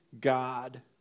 God